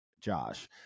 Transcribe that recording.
Josh